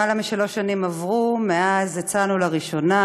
למעלה משלוש שנים עברו מאז הצענו לראשונה,